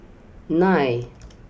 nine